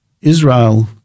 Israel